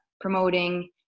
promoting